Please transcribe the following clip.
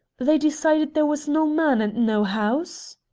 they decided there was no man, and no house!